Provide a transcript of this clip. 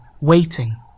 waiting